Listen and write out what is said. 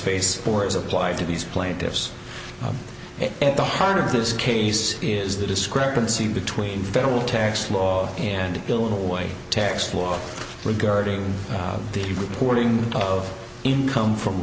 face or is applied to these plaintiffs and the heart of this case is the discrepancy between federal tax law and illinois tax law regarding the reporting of income from